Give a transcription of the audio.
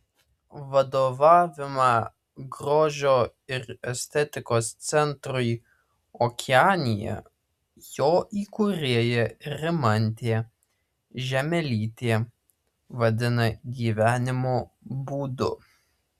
vadovavimą grožio ir estetikos centrui okeanija jo įkūrėja rimantė žiemelytė vadina gyvenimo būdu